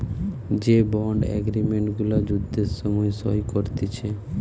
যে bond agreement গুলা যুদ্ধের সময় সই করতিছে